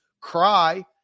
cry